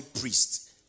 priest